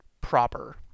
proper